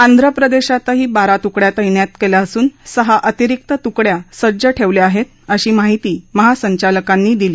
आंध्र प्रदेशातही बारा तुकड्या तैनात केल्या असून सहा अतिरिक्त तुकड्या सज्ज ठेवल्या आहेत अशी माहिती महासंचालकांनी दिली